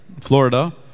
Florida